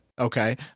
Okay